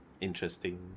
interesting